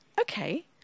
okay